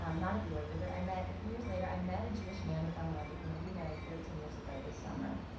um not at byu, but i met a few years later, i met a jewish man and fell in love with him. and we married thirteen years ago this summer.